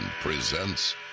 presents